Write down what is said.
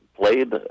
played